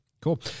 cool